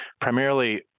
Primarily